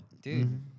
dude